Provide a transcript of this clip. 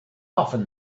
often